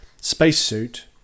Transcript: spacesuit